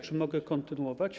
Czy mogę kontynuować?